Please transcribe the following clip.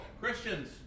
Christians